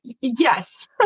Yes